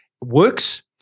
works